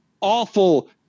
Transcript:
awful